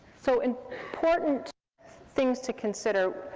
so and important things to consider,